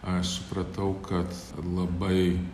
aš supratau kad labai